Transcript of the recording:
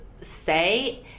say